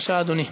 בבקשה, אדוני.